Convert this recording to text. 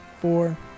four